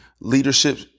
leadership